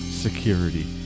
Security